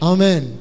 Amen